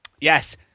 Yes